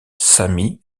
sammy